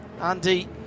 Andy